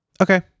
Okay